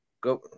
go